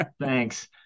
Thanks